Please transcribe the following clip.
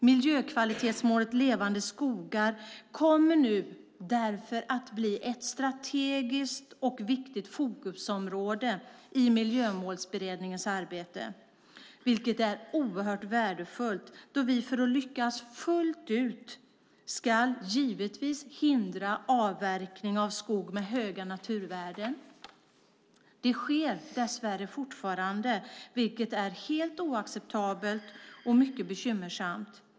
Miljökvalitetsmålet Levande skogar kommer därför att bli ett strategiskt och viktigt fokusområde i Miljömålsberedningens arbete, vilket är oerhört värdefullt då vi för att lyckas fullt ut givetvis ska hindra avverkning av skog med höga naturvärden. Det sker dess värre fortfarande, vilket är helt oacceptabelt och mycket bekymmersamt.